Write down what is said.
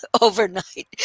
overnight